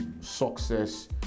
success